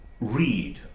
read